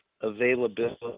availability